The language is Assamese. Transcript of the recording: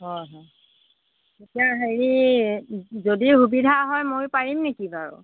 অঁ এতিয়া হেৰি যদি সুবিধা হয় ময়ো পাৰিম নেকি বাৰু